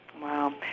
Wow